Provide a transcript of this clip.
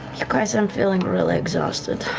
guys, i'm feeling really exhausted.